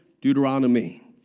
Deuteronomy